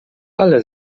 ala